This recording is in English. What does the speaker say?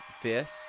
fifth